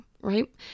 right